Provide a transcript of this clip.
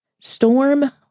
Storm